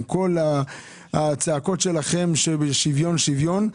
עם כל הצעקות שלכם על שוויון שוויון,